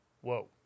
Whoa